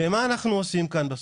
מה אנחנו עושים כאן בסוף?